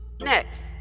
next